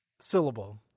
syllable